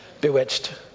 Bewitched